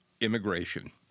immigration